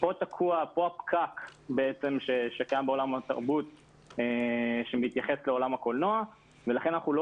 כאן הפקק שקיים בעולם התרבות שמתייחס לעולם הקולנוע ולכן אנחנו לא